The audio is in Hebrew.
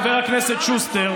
חבר כנסת גנץ,